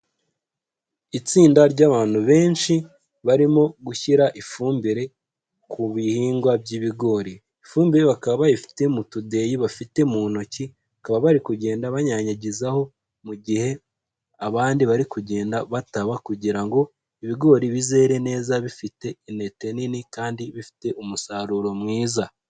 Itsinda ry'abantu benshi barimo gushyira ifumbire ku bihingwa by'ibigori, ifumbire bakaba bayifite mu tudeyi bafite mu ntoki, bakaba bari kugenda banyanyagizaho mu gihe abandi bari kugenda bataba kugira ngo ibigori bizere neza bifite intete nini kandi bifite umusaruro mwiza.